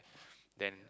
then